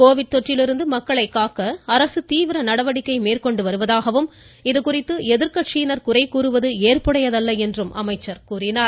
Covid தொற்றிலிருந்து மக்களை காக்க அரசு தீவிர நடவடிக்கை மேற்கொண்டு வருவதாகவும் இதுதொடர்பாக எதிர்க்கட்சியினர் குறை கூறுவது ஏற்புடையதல்ல என்றும் கூறினார்